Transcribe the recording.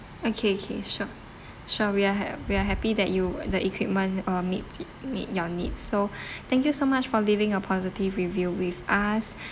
okay okay sure sure we are ha~ we are happy that you the equipment uh meets meet your needs so thank you so much for leaving a positive review with us